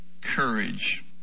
courage